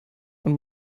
und